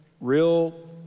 real